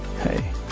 Hey